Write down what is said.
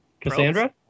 Cassandra